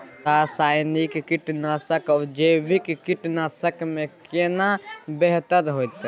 रसायनिक कीटनासक आ जैविक कीटनासक में केना बेहतर होतै?